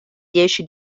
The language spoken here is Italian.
dieci